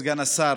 כבוד סגן השר,